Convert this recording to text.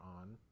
on